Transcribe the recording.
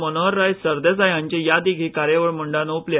मनोहरराय सरदेसाय हांचे यादीक ही कार्यावळ मंडळान ओंपल्या